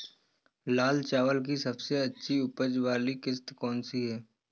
लाल चावल की सबसे अच्छी उपज वाली किश्त कौन सी है?